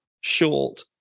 short